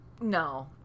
No